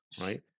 right